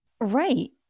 Right